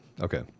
Okay